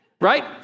Right